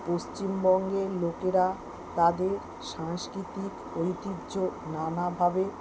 পশ্চিমবঙ্গের লোকেরা তাদের সাংস্কৃতিক ঐতিহ্য নানাভাবে